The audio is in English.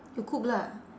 you cook lah